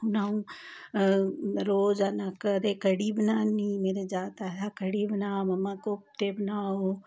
हुन रोज अउं न कदें कड़ी बनानी मेरे जागत आखदा कड़ी बना मम्मा कोफते बनाओ